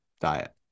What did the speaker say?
diet